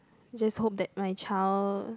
just hope that my child